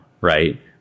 right